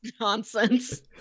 nonsense